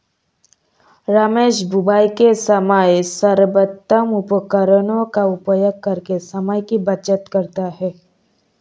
रमेश बुवाई के समय सर्वोत्तम उपकरणों का उपयोग करके समय की बचत करता है